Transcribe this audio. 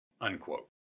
unquote